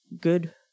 good